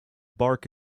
bark